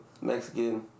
mexican